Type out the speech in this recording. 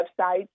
websites